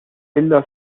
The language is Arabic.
إلا